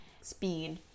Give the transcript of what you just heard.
speed